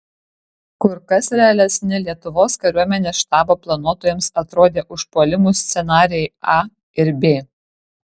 kur kas realesni lietuvos kariuomenės štabo planuotojams atrodė užpuolimų scenarijai a ir b